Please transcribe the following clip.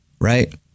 right